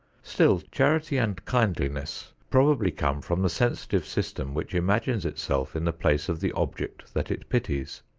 still, charity and kindliness probably come from the sensitive system which imagines itself in the place of the object that it pities.